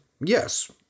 Yes